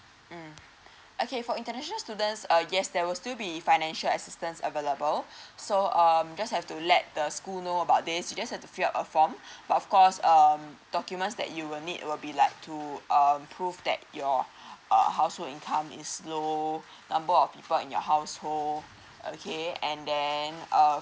mm okay for international students uh yes there will still be financial assistance available so um just have to let the school know about this you just have to fill up a form but of course um documents that you will need will be like to um prove that your err household income is low number of people in your household okay and then um